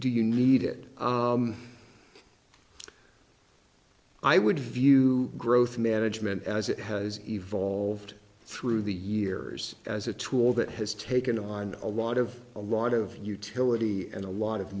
do you need it i would view growth management as it has evolved through the years as a tool that has taken on a lot of a lot of utility and a lot of